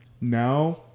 now